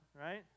right